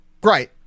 Great